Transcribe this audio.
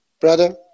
brother